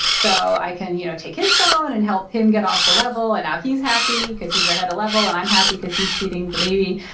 so i can you know take his phone and help him get off the level and now he's happy because he's ahead a level and i'm happy because he's feeding the baby.